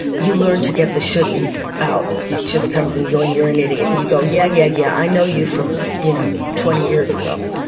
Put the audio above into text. you learn to get the shouldn'ts out. it just comes in going you're an idiot and you go, yeah, yeah, yeah, i know you from you know twenty years ago.